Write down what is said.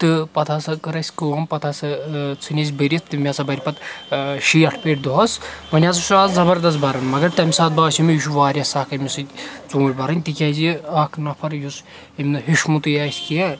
تہٕ پَتہٕ ہَسا کٔر اسہِ کٲم پَتہٕ ہَسا ژھٕنۍ اسہِ بٔرِتھ تٔمۍ ہَسا برِ پَتہٕ شیٹھ پیٹہِ دۄہس وۄنۍ ہَسا چھُ آز زبردَس بران مگر تَمہِ ساتہٕ باسیو مےٚ یہِ چھُ واریاہ سَکھ أمس سۭتۍ ژوٗنٹھۍ برٕنۍ تِکیازِ یہِ اکھ نَفر یُس ییٚمہِ نہٕ ہیٚچھمتُے آسہِ کینہہ